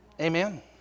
Amen